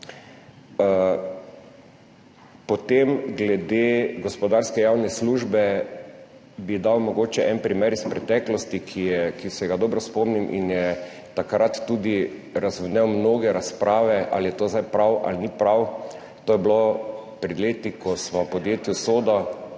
Potem bi glede gospodarske javne službe mogoče dal en primer iz preteklosti, ki se ga dobro spomnim in je takrat tudi razvnel mnoge razprave, ali je to zdaj prav ali ni prav, to je bilo pred leti, ko smo podjetju SODO